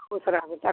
ख़ुश रहो बेटा